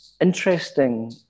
interesting